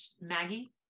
Maggie